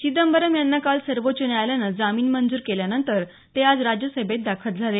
चिदंबरम यांना काल सर्वोच्च न्यायालयानं जामीन मंजूर केल्यानंतर ते आज राज्यसभेत दाखल झाले